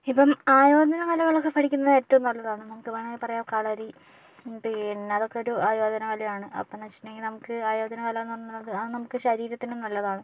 ഇപ്പോൾ ആയോധന കലകള്ളൊക്കെ പഠിക്കുന്നത് ഏറ്റവും നല്ലതാണ് നമുക്ക് വേണമെങ്കിൽ പറയാം കളരി പിന്നെ അതൊക്കെയൊരു ആയോധനകലയാണ് അപ്പോൾ എന്ന് വെച്ചിട്ടുണ്ടങ്കിൽ നമുക്ക് ആയോധന കല എന്ന് പറഞ്ഞത് ആ നമുക്ക് ശരീരത്തിന് നല്ലതാണ്